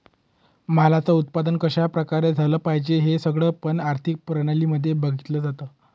मालाच उत्पादन कशा प्रकारे झालं पाहिजे हे सगळं पण आर्थिक प्रणाली मध्ये बघितलं जातं